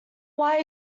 why